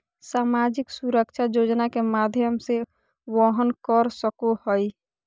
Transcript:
सामाजिक सुरक्षा योजना के माध्यम से वहन कर सको हइ